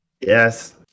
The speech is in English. Yes